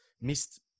missed